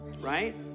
right